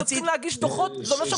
אנחנו צריכים להגיש דוחות כל רבעון.